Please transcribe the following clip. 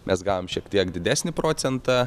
mes gavom šiek tiek didesnį procentą